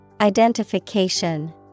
Identification